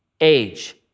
age